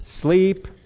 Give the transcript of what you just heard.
sleep